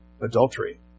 adultery